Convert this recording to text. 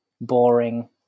boring